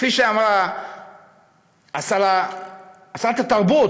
כפי שאמרה שרת התרבות,